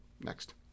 Next